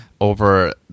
over